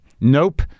Nope